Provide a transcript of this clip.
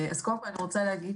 אז, קודם כול, אני רוצה להגיד